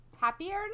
happier